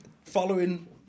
following